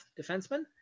defenseman